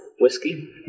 Whiskey